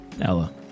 Ella